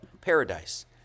paradise